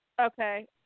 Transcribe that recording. Okay